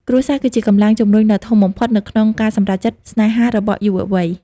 គ្រួសារ គឺជាកម្លាំងជំរុញដ៏ធំបំផុតនៅក្នុងការសម្រេចចិត្តស្នេហារបស់យុវវ័យ។